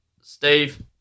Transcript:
Steve